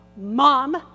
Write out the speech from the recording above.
Mom